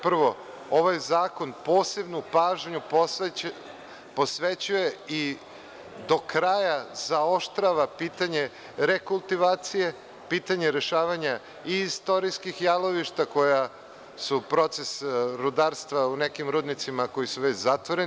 Prvo, ovaj zakon posebnu pažnju posvećuje i do kraja zaoštrava pitanje rekultivacije, pitanje rešavanja istorijskih jalovišta koja su proces rudarstva u nekim rudnicima koji su već zatvoreni.